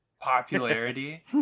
popularity